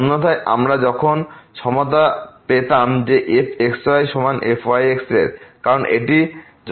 অন্যথায় আমরা সেখানে সমতা পেতাম যে fxy সমান fyxএর কারণ এটি যথেষ্ট শর্ত